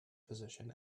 position